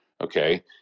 okay